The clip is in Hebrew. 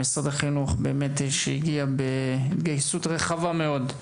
למשרד החינוך שהגיע בהתגייסות רחבה מאוד.